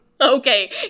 Okay